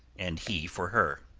and he for her.